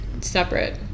separate